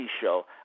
show